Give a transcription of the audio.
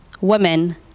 Women